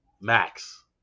Max